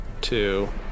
two